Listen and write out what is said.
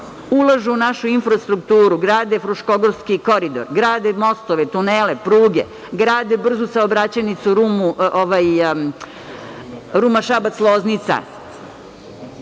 Ulažu u našu infrastrukturu, grade Fruškogorski koridor, grade mostove, tunele, pruge, grade brzu saobraćajnicu Ruma-Šabac-Loznica. Tako